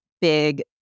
big